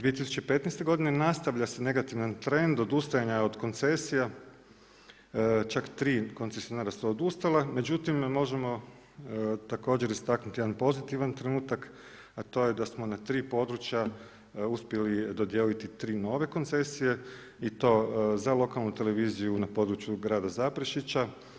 2015. godine nastavlja se negativan trend odustajanja od koncesija, čak tri koncesionara su odustala, međutim možemo također istaknuti jedan pozitivan trenutak, a to je da smo na tri područja uspjeli dodijeliti tri nove koncesije i to za lokalnu televiziju na području grada Zaprešića.